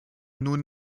nun